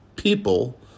people